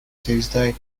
tuesday